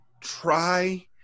try